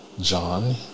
John